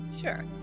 sure